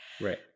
Right